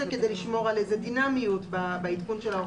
כדי לשמוע על איזו דינמיות בעדכון של ההוראות.